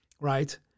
right